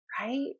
Right